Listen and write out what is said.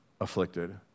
afflicted